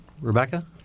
Rebecca